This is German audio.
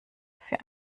für